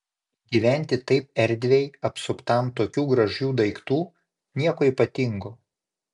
gyventi taip erdviai apsuptam tokių gražių daiktų nieko ypatingo